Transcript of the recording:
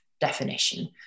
definition